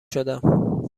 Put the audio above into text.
شدم